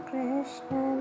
Krishna